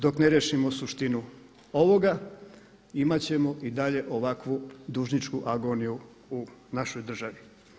Dok ne riješimo suštinu ovoga imat ćemo i dalje ovakvu dužničku agoniju u našoj državi.